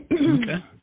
Okay